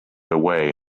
away